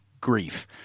grief